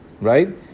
right